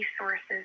resources